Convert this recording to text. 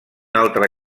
altre